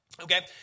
Okay